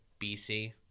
BC